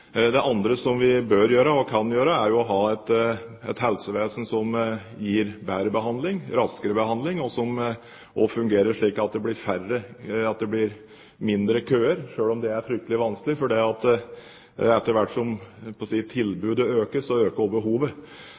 Det andre som vi bør og kan ha, er et helsevesen som gir bedre behandling, raskere behandling, og som også fungerer slik at køene blir kortere, selv om det er fryktelig vanskelig, for etter hvert som tilbudet øker, øker også behovet. Men jeg vil først og fremst satse mer på